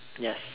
yes